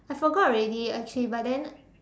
I forgot already actually but then